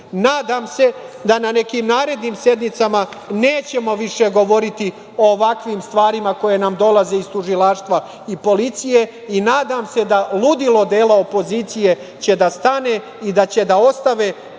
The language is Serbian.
se da na nekim narednim sednicama nećemo više govoriti o ovakvim stvarima koje nam dolaze iz tužilaštva i policije i nadam se da ludilo dela opozicije će da stane i da će da ostave